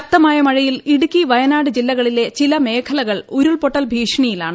ശക്തമായ മഴയിൽ ഇടുക്കി വയനാട് ജില്ലകളിലെ ചില മേഖലകൾ ഉരുൾപൊട്ടൽ ഭീഷണിയിലാണ്